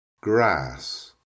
grass